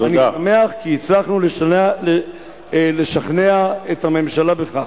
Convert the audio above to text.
ואני שמח שהצלחנו לשכנע את הממשלה בכך.